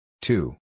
Two